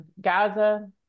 Gaza